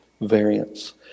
variants